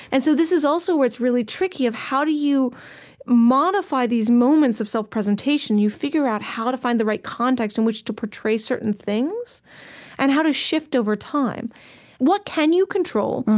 and so this is also where it's really tricky, of how do you modify these moments of self-presentation? you figure out how to find the right context in which to portray certain things and how to shift over time what can you control?